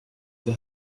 the